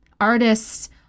artists